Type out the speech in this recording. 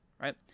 right